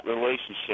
relationship